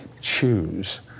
choose